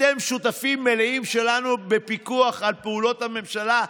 אתם שותפים מלאים שלנו בפיקוח על פעולות הממשלה.